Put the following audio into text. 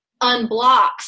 unblocks